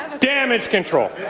damage control.